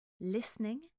listening